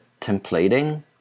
templating